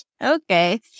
Okay